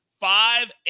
five